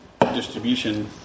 distribution